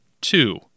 Two